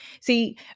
See